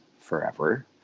forever